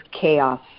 chaos